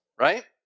right